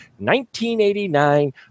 1989